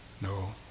No